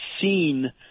seen